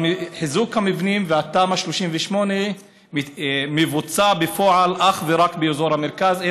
אבל חיזוק המבנים והתמ"א 38 מבוצעים בפועל אך ורק באזור המרכז,